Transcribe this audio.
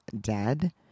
dead